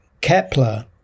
Kepler